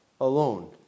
alone